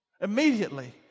Immediately